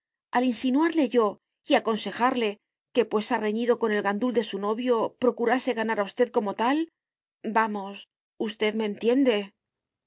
al insinuarle yo y aconsejarle que pues ha reñido con el gandul de su novio procurase ganar a usted como tal vamos usted me entiende